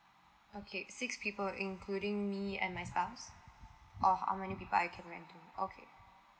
okay six people including me and my spouse or how many people I can rent to okay